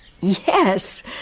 Yes